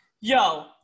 yo